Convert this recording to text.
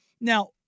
Now